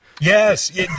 Yes